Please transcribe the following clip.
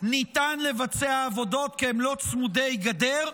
ניתן לבצע עבודות, כי הם לא צמודי גדר,